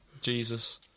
Jesus